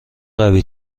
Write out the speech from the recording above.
قوی